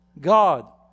God